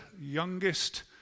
youngest